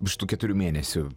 iš tų keturių mėnesių